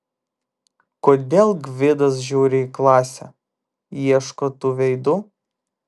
kodėl gvidas žiūri į klasę ieško tų veidų